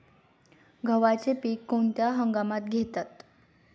गव्हाचे पीक कोणत्या हंगामात घेतात?